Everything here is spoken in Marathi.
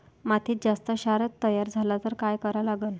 मातीत जास्त क्षार तयार झाला तर काय करा लागन?